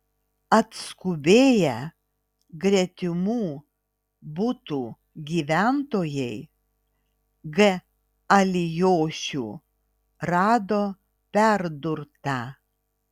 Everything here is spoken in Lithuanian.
atskubėję gretimų butų gyventojai g alijošių rado perdurtą